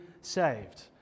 saved